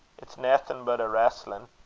it's naething but a reestlin'.